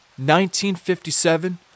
1957